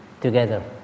together